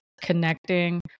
connecting